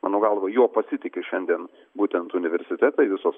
mano galva juo pasitikiu šiandien būtent universitetai visos